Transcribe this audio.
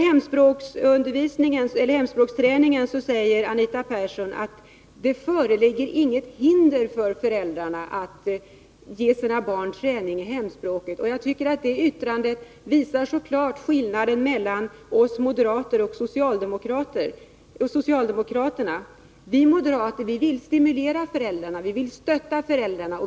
Beträffande hemspråksträningen säger Anita Persson att det inte föreligger något hinder för föräldrarna att ge sina barn träning i hemspråket. Detta yttrande visar klart skillnaden mellan oss moderater och socialdemokraterna. Vi moderater vill stimulera föräldrarna och stötta dem.